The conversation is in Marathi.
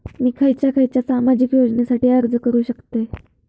मी खयच्या खयच्या सामाजिक योजनेसाठी अर्ज करू शकतय?